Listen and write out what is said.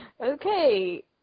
okay